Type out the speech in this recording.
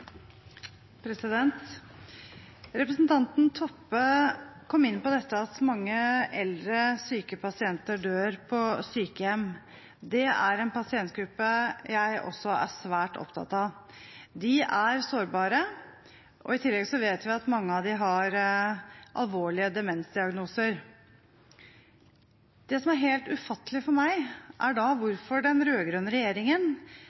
en pasientgruppe jeg også er svært opptatt av. De er sårbare, og i tillegg vet vi at mange av dem har alvorlige demensdiagnoser. Det som er helt ufattelig for meg da, er hvorfor den rød-grønne regjeringen